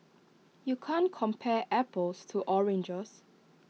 you can't compare apples to oranges